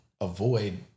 avoid